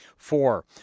Four